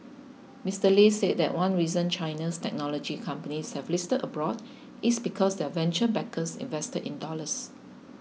Mister Lei said that one reason China's technology companies have listed abroad is because their venture backers invested in dollars